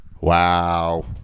Wow